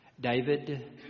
David